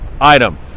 item